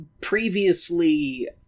previously